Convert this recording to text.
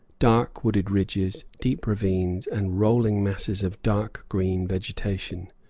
dark wooded ridges, deep ravines, and rolling masses of dark-green vegetation.